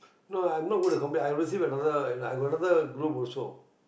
no lah I'm not going to compl~ I received another I got another group also